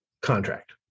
contract